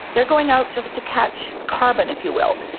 there are going out just to catch carbon, if you will,